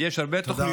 תודה.